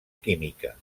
química